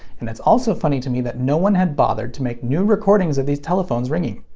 and it's also funny to me that no one had bothered to make new recordings of these telephones ringing.